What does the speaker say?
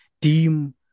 deem